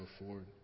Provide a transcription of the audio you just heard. afford